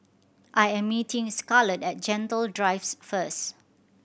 I am meeting Scarlett at Gentle Drive first